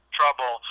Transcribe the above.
trouble